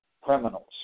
criminals